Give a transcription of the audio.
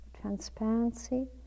transparency